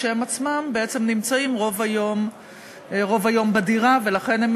כשהם עצמם בעצם נמצאים רוב היום בדירה ולכן הם